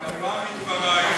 נבע מדברייך